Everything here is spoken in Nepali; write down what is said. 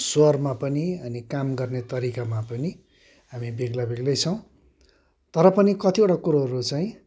स्वरमा पनि अनि काम गर्ने तरिकामा पनि हामी बेग्ला बेग्लै छौँ तर पनि कतिवटा कुरोहरू चाहिँ